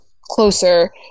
closer